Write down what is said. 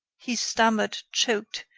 he stammered, choked,